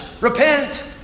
Repent